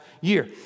year